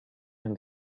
and